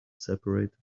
separated